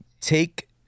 take